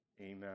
Amen